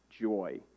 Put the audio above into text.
joy